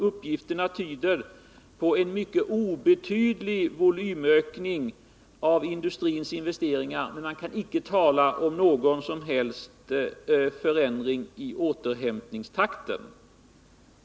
De tyder på en mycket obetydlig volymökning när det gäller industrins investeringar, men man kan inte tala om någon som helst förändring i återhämtningstakten.